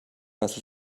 was